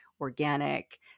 organic